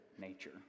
nature